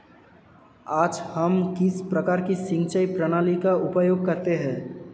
आज हम किस प्रकार की सिंचाई प्रणाली का उपयोग करते हैं?